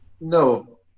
no